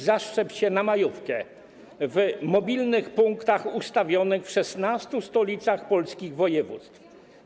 Zaszczep się w majówkę, w mobilnych punktach ustawionych w 16 stolicach polskich województw.